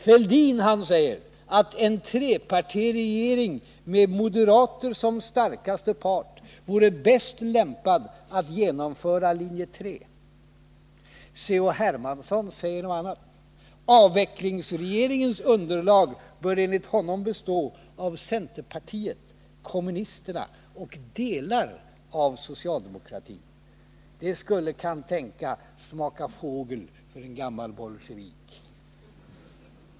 Herr Fälldin säger att en trepartiregering med moderater som starkaste part vore bäst lämpad att genomföra linje 3:s avveckling. C.-H. Hermansson säger någonting annat. Avvecklingsregeringens underlag bör enligt honom bestå av centerpartiet, kommunisterna och delar av socialdemokratin. Det skulle kantänka smaka fågel för en gammal bolsjevik.